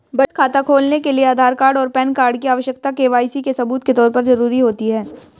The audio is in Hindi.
बचत खाता खोलने के लिए आधार कार्ड और पैन कार्ड की आवश्यकता के.वाई.सी के सबूत के तौर पर ज़रूरी होती है